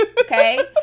Okay